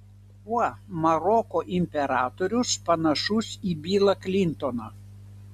kuo maroko imperatorius panašus į bilą klintoną